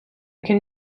can